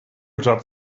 dropped